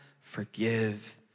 forgive